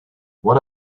what